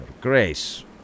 grace